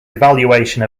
evaluation